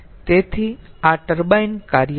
તેથી આ ટર્બાઇન કાર્ય છે